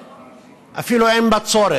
תאפשרי לו, בבקשה.